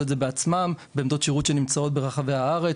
את זה בעצמם בעמדות שירות שנמצאות ברחבי הארץ,